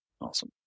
Awesome